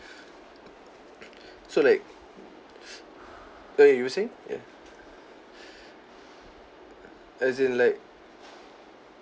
so like uh you were saying ya as in like